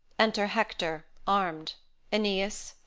enter hector, armed aeneas,